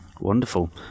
wonderful